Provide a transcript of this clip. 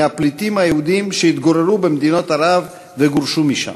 מהפליטים היהודים שהתגוררו במדינות ערב וגורשו משם.